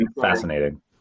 fascinating